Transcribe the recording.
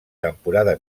temporada